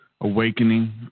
awakening